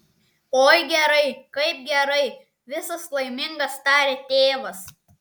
oi gerai kaip gerai visas laimingas taria tėvas